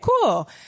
cool